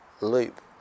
loop